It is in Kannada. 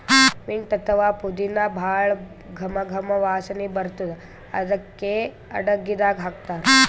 ಮಿಂಟ್ ಅಥವಾ ಪುದಿನಾ ಭಾಳ್ ಘಮ್ ಘಮ್ ವಾಸನಿ ಬರ್ತದ್ ಅದಕ್ಕೆ ಅಡಗಿದಾಗ್ ಹಾಕ್ತಾರ್